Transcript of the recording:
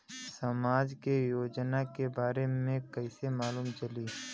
समाज के योजना के बारे में कैसे मालूम चली?